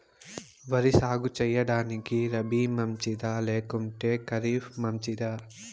వరి సాగు సేయడానికి రబి మంచిదా లేకుంటే ఖరీఫ్ మంచిదా